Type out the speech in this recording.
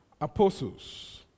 apostles